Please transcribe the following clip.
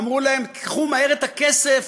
אמרו להם: קחו מהר את הכסף,